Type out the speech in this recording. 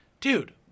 dude